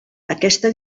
aquesta